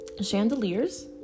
Chandeliers